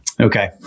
Okay